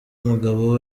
umugabo